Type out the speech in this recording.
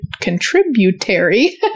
contributory